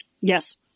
Yes